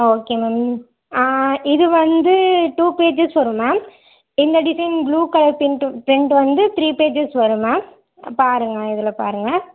okay ma'am இது வந்து two pages வரும் மேம் இந்த design blue colour print print வந்து த்ரீ பேஜஸ் வரும் மேம் பாருங்கள் இதில் பாருங்கள்